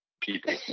people